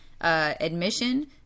Admission